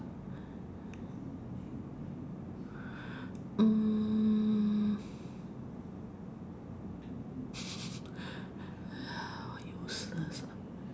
mm